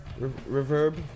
Reverb